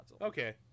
Okay